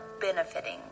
benefiting